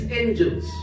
angels